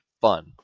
fun